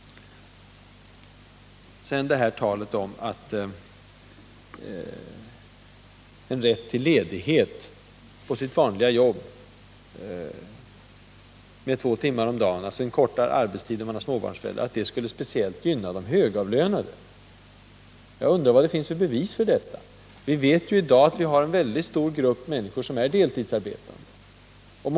Här har talats om att rätten till ledighet med två timmar om dagen, som innebär att man kan få en kortare arbetstid om man har småbarn, skulle speciellt gynna de högavlönade. Jag undrar vad det finns för bevis för detta. Vi har ju i dag en väldigt stor grupp människor som är deltidsarbetande.